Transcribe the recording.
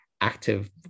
active